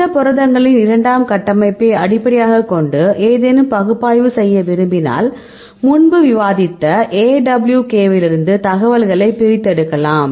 இந்த புரதங்களின் இரண்டாம் கட்டமைப்பை அடிப்படையாகக் கொண்டு ஏதேனும் பகுப்பாய்வு செய்ய விரும்பினால் முன்பு விவாதித்த AWK விலிருந்து தகவல்களை பிரித்தெடுக்கலாம்